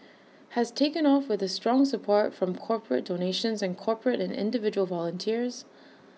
has taken off with the strong support from corporate donations and corporate and individual volunteers